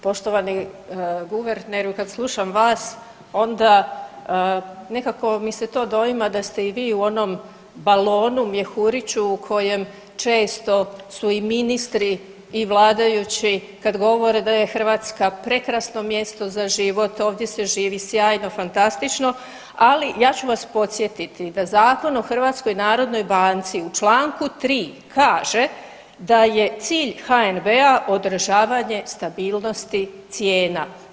Poštovani guverneru, kad slušam vas onda nekako mi se to doima da ste i vi u onom balonu, mjehuriću u kojem često su i ministri i vladajući kad govore da je Hrvatska prekrasno mjesto za život, ovdje se živi sjajno, fantastično, ali ja ću vas podsjetiti da Zakon o HNB-u u čl. 3. kaže da je cilj HNB-a održavanje stabilnosti cijena.